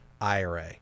IRA